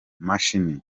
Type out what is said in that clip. mashini